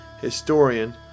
historian